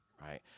right